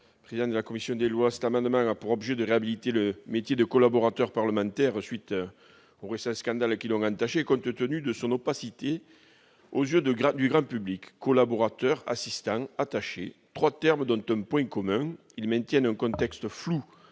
parole est à M. Henri Cabanel. Cet amendement a pour objet de réhabiliter le métier de collaborateur parlementaire, à la suite des récents scandales qui l'ont entaché et compte tenu de son opacité aux yeux du grand public. Collaborateur, assistant, attaché ... trois termes pour un point commun : ils maintiennent un contexte flou,